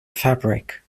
fabric